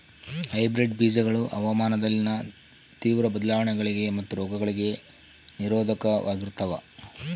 hybrid ಬೇಜಗಳು ಹವಾಮಾನದಲ್ಲಿನ ತೇವ್ರ ಬದಲಾವಣೆಗಳಿಗೆ ಮತ್ತು ರೋಗಗಳಿಗೆ ನಿರೋಧಕವಾಗಿರ್ತವ